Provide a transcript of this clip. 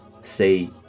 say